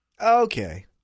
Okay